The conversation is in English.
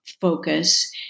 focus